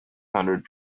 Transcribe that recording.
hundred